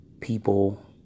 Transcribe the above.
people